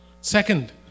Second